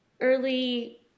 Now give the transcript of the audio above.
early